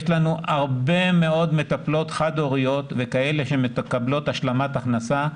יש לנו הרבה מאוד מטפלות חד הוריות וכאלה שמקבלות השלמת הכנסה.